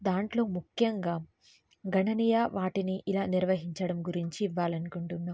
దాంట్లో ముఖ్యంగా గణనీయ వాటిని ఇలా నిర్వహించడం గురించి ఇవ్వాలనుకుంటున్నా